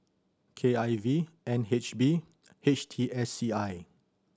K I V N H B H T S C I